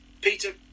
Peter